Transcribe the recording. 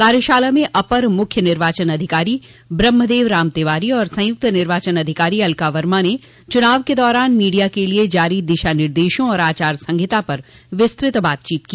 कार्यशाला में अपर मुख्य निर्वाचन अधिकारी ब्रहमदेव राम तिवारी और संयुक्त निर्वाचन अधिकारी अलका वर्मा ने चुनाव के दौरान मीडिया के लिए जारी दिशा निर्देशों और आचार संहिता पर विस्तृत बातचीत की